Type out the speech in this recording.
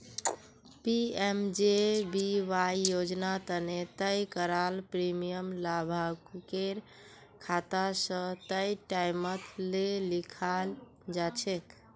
PMJBY योजना तने तय कराल प्रीमियम लाभुकेर खाता स तय टाइमत ले लियाल जाछेक